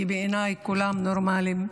כי בעיניי כולם נורמליים.